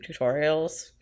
tutorials